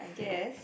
I guess